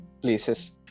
places